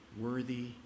worthy